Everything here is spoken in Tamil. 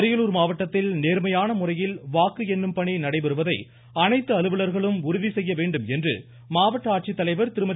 அரியலூர் மாவட்டத்தில் நேர்மையான முறையில் வாக்குஎண்ணும் பணி நடைபெறுவதை அனைத்து அலுவலர்களும் உறுதி செய்யவேண்டும் என்று மாவட்ட ஆட்சித்தலைவர் திருமதி